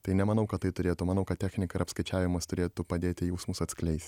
tai nemanau kad tai turėtų manau kad technika ir apskaičiavimas turėtų padėti jausmus atskleis